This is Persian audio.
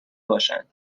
باشند